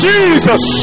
Jesus